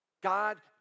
God